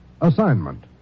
assignment